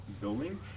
building